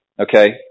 Okay